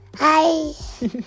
Hi